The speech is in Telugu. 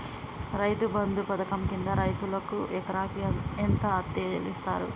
రైతు బంధు పథకం కింద రైతుకు ఎకరాకు ఎంత అత్తే చెల్లిస్తరు?